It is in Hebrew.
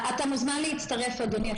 אתה מוזמן להצטרף, אדוני.